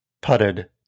putted